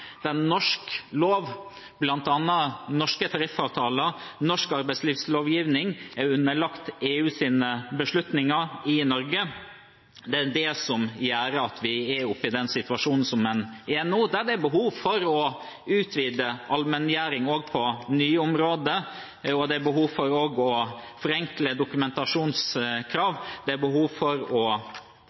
norsk lov, bl.a. norske tariffavtaler og norsk arbeidslivslovgivning, er underlagt EUs beslutninger i Norge – som gjør at vi er i den situasjonen vi er i nå, der det er behov for å utvide allmenngjøring også på nye områder. Det er også behov for å forenkle dokumentasjonskrav og for å